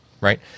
right